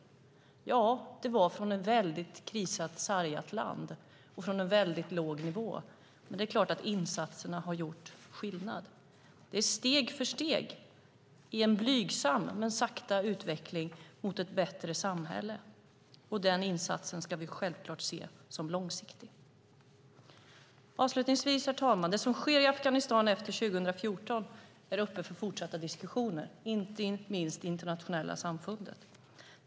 Det har skett i ett mycket sargat land och från en mycket låg nivå. Men det är klart att insatserna har gjort skillnad. Det är steg för steg i en blygsam men långsam utveckling mot ett bättre samhälle, och den insatsen ska vi självklart se som långsiktig. Herr talman! Det som sker i Afghanistan efter 2014 är föremål för fortsatta diskussioner, inte minst i det internationella samfundet.